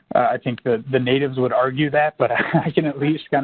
i think the the natives would argue that but i can at least kind